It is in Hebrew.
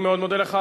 אני מאוד מודה לך.